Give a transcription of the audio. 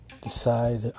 decide